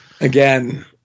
again